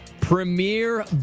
Premier